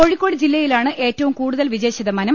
കോഴിക്കോട് ജില്ലയിലാണ് ഏറ്റവും കൂടുതൽ വിജയശത മാനം